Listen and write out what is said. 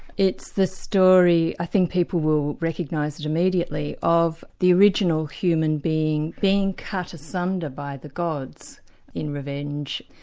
it's the story i think people will recognise it immediately, of the original human being being cut asunder by the gods in revenge,